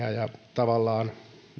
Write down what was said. tavallaan